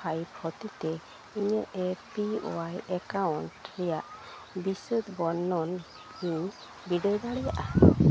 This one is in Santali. ᱯᱷᱟᱭᱤᱵᱷ ᱦᱚᱛᱮᱛᱮ ᱤᱧᱟᱹᱜ ᱮ ᱯᱤ ᱚᱣᱟᱭ ᱮᱠᱟᱣᱩᱱᱴ ᱨᱮᱭᱟᱜ ᱵᱤᱥᱟᱹᱫᱽ ᱵᱚᱨᱱᱚᱱ ᱤᱧ ᱵᱤᱰᱟᱹᱣ ᱫᱟᱲᱮᱭᱟᱜᱼᱟ